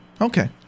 Okay